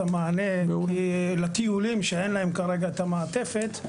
המענה לטיולים שאין להם כרגע את המעטפת,